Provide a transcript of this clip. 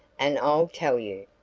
and i'll tell you.